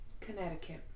Connecticut